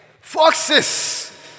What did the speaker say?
Foxes